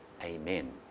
Amen